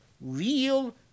real